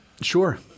Sure